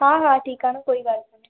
हा हा ठीकु आहे न कोई ॻाल्हि कान्हे